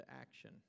action